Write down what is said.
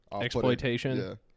exploitation